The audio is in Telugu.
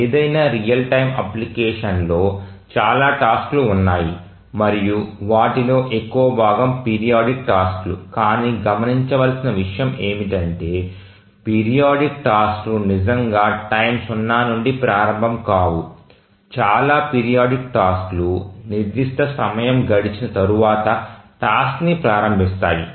ఏదైనా రియల్ టైమ్ అప్లికేషన్ లో చాలా టాస్క్లు ఉన్నాయి మరియు వాటిలో ఎక్కువ భాగం పిరియాడిక్ టాస్క్లు కానీ గమనించవలసిన విషయం ఏమిటంటే పిరియాడిక్ టాస్క్లు నిజంగా టైమ్ సున్నా నుండి ప్రారంభం కావు చాలా పిరియాడిక్ టాస్క్లు నిర్దిష్ట సమయం గడిచిన తరువాత టాస్క్ ని ప్రారంభిస్తాయి